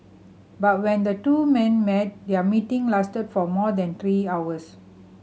but when the two men met their meeting lasted for more than three hours